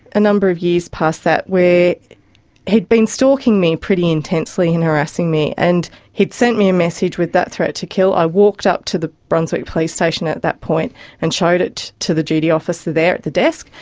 a number of years past that where he had been stalking me pretty intensely and harassing me, and he had sent me a message with that threat to kill, i walked up to the brunswick police station at that point and showed it to the duty officer there at the desk,